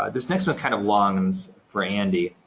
um this next one kind of long, and it's for andy.